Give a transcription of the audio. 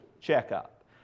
checkup